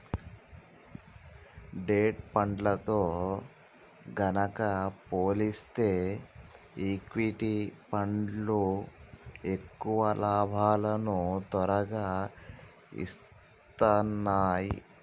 debt ఫండ్లతో గనక పోలిస్తే ఈక్విటీ ఫండ్లు ఎక్కువ లాభాలను తొరగా ఇత్తన్నాయి